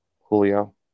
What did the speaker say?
Julio